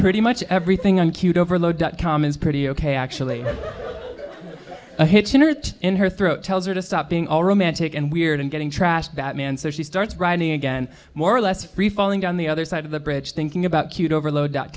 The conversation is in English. pretty much everything on cute overload dot com is pretty ok actually in her throat tells her to stop being all romantic and weird and getting trashed batman so she starts writing again more or less free falling down the other side of the bridge thinking about cute overload dot